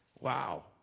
wow